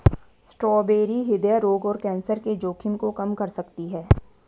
strawberry हृदय रोग और कैंसर के जोखिम को कम कर सकती है